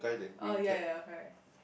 oh ya ya ya correct